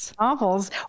novels